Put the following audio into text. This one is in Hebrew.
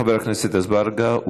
חבר הכנסת אזברגה,